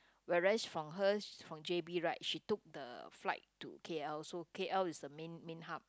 whereas from her from j_b right she took the flight to k_l so k_l is the main main hub